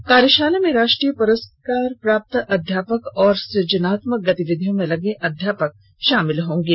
इस कार्यशाला में राष्ट्रीय पुरस्कार प्राप्त अध्यापक और सृजनात्मक गतिविधियों में लगे अध्यापक भाग लेंगे